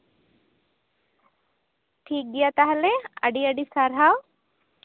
ᱴᱷᱤᱠᱜᱮᱭᱟ ᱛᱟᱦᱞᱮ ᱟᱹᱰᱤ ᱟᱹᱰᱤ ᱥᱟᱨᱦᱟᱣ